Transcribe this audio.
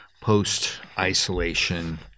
post-isolation